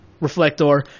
Reflector